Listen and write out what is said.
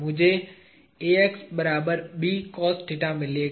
मुझे मिलेगा